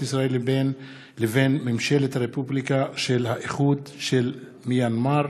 ישראל לבין ממשלת הרפובליקה של האיחוד של מיאנמר.